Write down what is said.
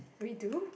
redo